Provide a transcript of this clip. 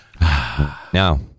now